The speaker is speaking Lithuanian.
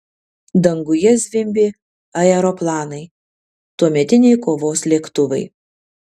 danguje zvimbė aeroplanai tuometiniai kovos lėktuvai